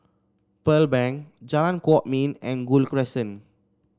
Pearl Bank Jalan Kwok Min and Gul Crescent